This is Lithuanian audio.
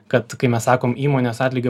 kad kai mes sakom įmonės atlygio